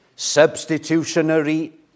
substitutionary